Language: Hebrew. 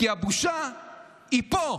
כי הבושה היא פה,